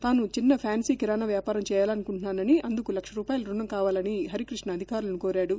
తాను చిన్న ఫ్యాన్సీ కిరాణా వ్యాపారం చేయాలనుకుంటున్నానని అందుకు లక్ష రూపాయల రుణం కావాలని అధికారులను కోరాడు